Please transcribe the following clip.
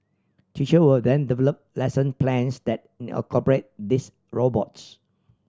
teacher will then develop lesson plans that incorporate these robots